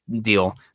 deal